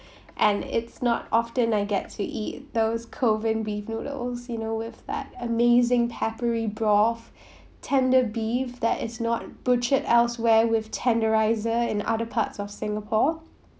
and it's not often I get to eat those kovan beef noodles you know with that amazing peppery broth tender beef that is not butchered elsewhere with tenderiser in other parts of singapore